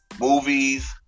movies